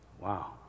Wow